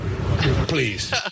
please